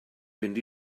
fynd